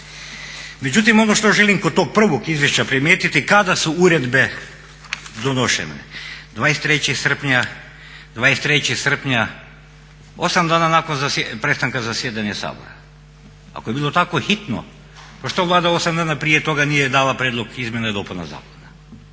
Međutim, ono što želim kod tog prvog izvješća primijeniti kada su uredbe donošene. 23. srpnja, 8 dana nakon prestanka zasjedanja Sabora. Ako je bilo tako hitno pa što Vlada 8 dana prije toga nije dala prijedlog izmjena i dopuna zakona?